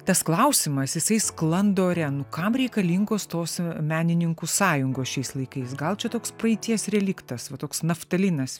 tas klausimas jisai sklando ore nu kam reikalingos tos menininkų sąjungos šiais laikais gal čia toks praeities reliktas va toks naftalinas